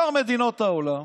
שאר מדינות העולם